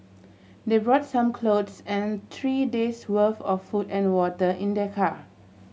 they brought some clothes and three days' worth of food and water in their car